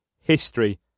History